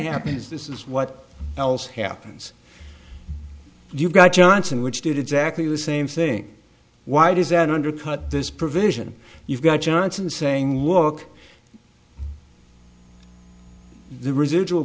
happens this is what else happens you've got johnson which did exactly the same thing why does that undercut this provision you've got johnson saying look the residual